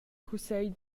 cussegl